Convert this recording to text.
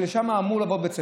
ולשם אמור לעבור בית הספר.